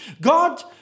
God